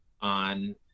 on